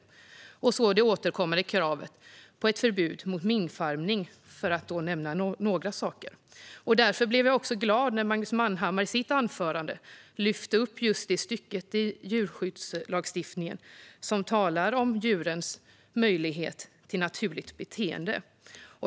Det handlar också om det återkommande kravet på ett förbud mot minkfarmning. Då har jag nämnt några saker. Jag blev glad när Magnus Manhammar i sitt anförande lyfte upp just det stycke i djurskyddslagstiftningen som handlar om djurens möjlighet till naturligt beteende.